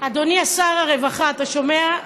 אדוני שר הרווחה, אתה שומע?